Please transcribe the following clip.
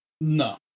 No